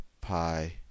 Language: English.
pi